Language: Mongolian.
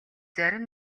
зарим